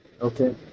Okay